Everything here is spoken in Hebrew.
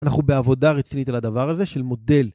אנחנו בעבודה רצינית על הדבר הזה של מודל.